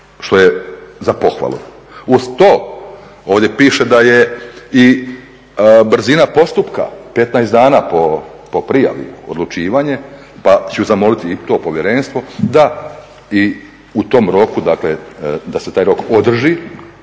što je za pohvalu. Uz to, ovdje piše da je i brzina postupka, 15 dana po prijavi, odlučivanje pa ću zamoliti i to Povjerenstvo da i u tom roku, dakle da se taj rok održi,